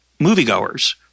moviegoers